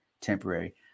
temporary